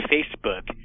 Facebook